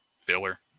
filler